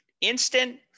instant